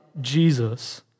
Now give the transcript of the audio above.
Jesus